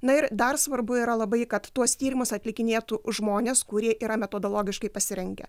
na ir dar svarbu yra labai kad tuos tyrimus atlikinėtų žmonės kurie yra metodologiškai pasirengę